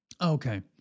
Okay